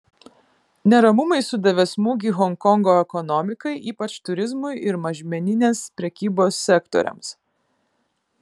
neramumai sudavė smūgį honkongo ekonomikai ypač turizmui ir mažmeninės prekybos sektoriams